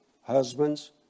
Husbands